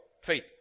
faith